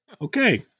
Okay